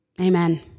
Amen